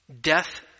death